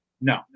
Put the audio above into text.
No